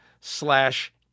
slash